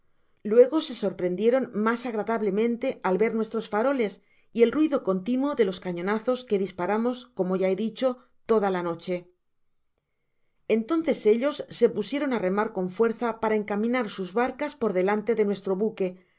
luego se sorprendieron mas agradablemente al ver nuestros faroles y el ruido continuo de los cañonazos que disparamo como ya he dicho toda la noche entonces ellos se pusieron á remar con fuerza para encaminar sus barcas por delante de nuestro buque